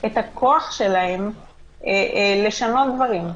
את הכוח שלהם לשנות דברים.